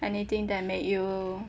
anything that make you